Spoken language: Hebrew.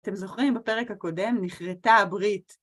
אתם זוכרים? בפרק הקודם נכרתה הברית.